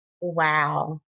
wow